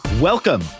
Welcome